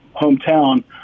hometown